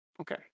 Okay